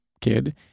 Kid